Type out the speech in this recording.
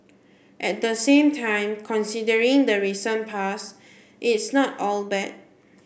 at the same time considering the recent pass it's not all bad